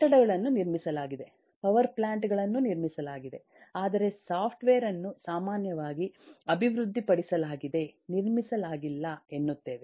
ಕಟ್ಟಡಗಳನ್ನು ನಿರ್ಮಿಸಲಾಗಿದೆ power plant ಗಳನ್ನು ನಿರ್ಮಿಸಲಾಗಿದೆ ಆದರೆ ಸಾಫ್ಟ್ವೇರ್ ಅನ್ನು ಸಾಮಾನ್ಯವಾಗಿ ಅಭಿವೃದ್ಧಿಪಡಿಸಲಾಗಿದೆ ನಿರ್ಮಿಸಲಾಗಿಲ್ಲ ಎನ್ನುತ್ತೇವೆ